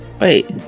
wait